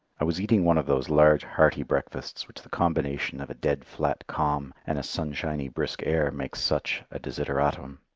i was eating one of those large, hearty breakfasts which the combination of a dead flat calm and a sunshiny brisk air make such a desideratum.